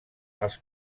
els